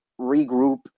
regroup